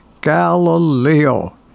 Galileo